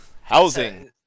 Housing